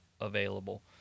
available